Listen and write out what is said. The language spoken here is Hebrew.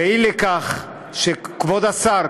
ומכיוון שכבוד השר,